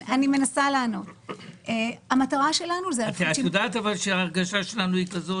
אבל את יודעת שההרגשה שלנו היא כזאת,